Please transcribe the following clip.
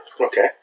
Okay